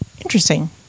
interesting